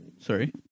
Sorry